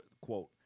Quote